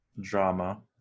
drama